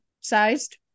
sized